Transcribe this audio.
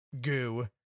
goo